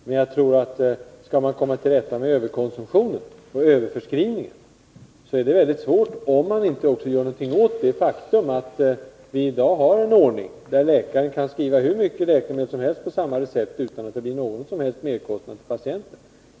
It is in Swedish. Men jag tror att det är mycket svårt att komma till rätta med överkonsumtionen och överförskrivningen av läkemedel om man inte också gör något åt det faktum att vi i dag har en ordning, där läkaren kan skriva ut hur mycket läkemedel som helst på samma recept utan att det blir någon som helst merkostnad för patienten.